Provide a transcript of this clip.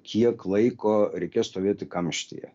kiek laiko reikės stovėti kamštyje